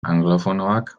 anglofonoak